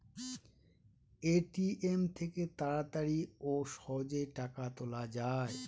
ATM থেকে তাড়াতাড়ি ও সহজেই টাকা তোলা যায়